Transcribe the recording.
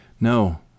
no